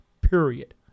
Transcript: period